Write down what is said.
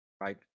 Right